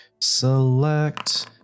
Select